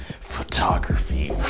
Photography